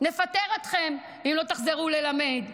נפטר אתכם אם לא תחזרו ללמד.